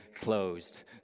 closed